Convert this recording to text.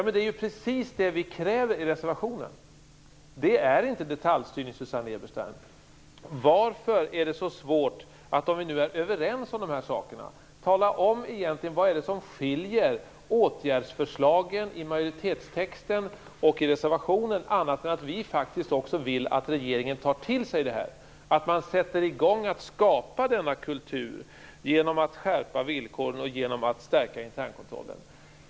Men det är ju precis det vi kräver i reservationen. Det är inte detaljstyrning, Susanne Eberstein. Vad är det som skiljer åtgärdsförslagen i majoritetstexten och de i reservationen åt, annat än att vi faktiskt också vill att regeringen tar till sig detta? Vi vill att man sätter i gång att skapa denna kultur genom att skärpa villkoren och genom att stärka internkontrollen.